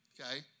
Okay